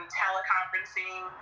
teleconferencing